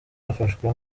bafashwe